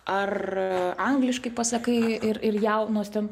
ar angliškai pasakai ir ir jaunos ten